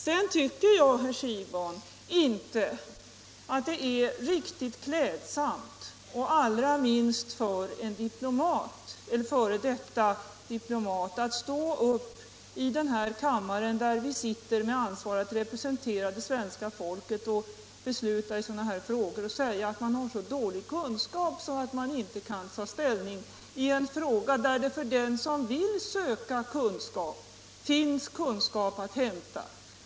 Sedan tycker jag, herr Siegbahn, inte att det är riktigt klädsamt — allra minst för en f. d. diplomat — att stå upp här i kammaren, där vi sitter som ansvariga representanter för det svenska folket för att besluta i sådana här frågor, och säga att man har så dålig kunskap att man inte kan ta ställning i en fråga, där det för den som vill söka kunskap finns kunskap att hämta.